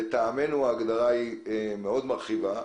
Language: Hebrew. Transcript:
לטעמנו ההגדרה היא מאוד מרחיבה.